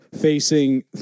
facing